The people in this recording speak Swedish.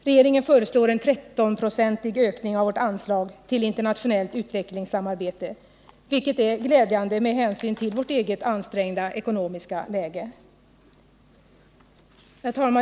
Regeringen föreslår en 13-procentig ökning av vårt anslag till internationellt utvecklingssamarbete, vilket är glädjande med hänsyn till vårt eget ansträngda läge.